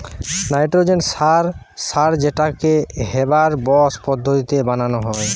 nitrogen সার সার যেটাকে হেবার বস পদ্ধতিতে বানানা হয়